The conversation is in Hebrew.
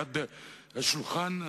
ליד שולחן,